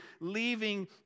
leaving